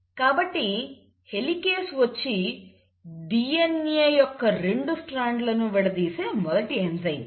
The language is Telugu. కాబట్టి హెలికేస్ వచ్చి DNA యొక్క రెండు స్ట్రాండ్లను విడదీసే మొదటి ఎంజైమ్